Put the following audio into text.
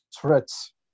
threats